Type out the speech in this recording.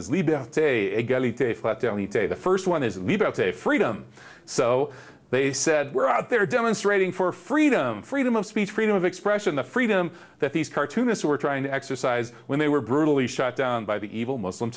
a day the first one is leave out a freedom so they said we're out there demonstrating for freedom freedom of speech freedom of expression the freedom that these cartoonists were trying to exercise when they were brutally shot down by the evil muslim